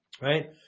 right